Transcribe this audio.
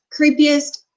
Creepiest